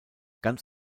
ganz